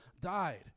died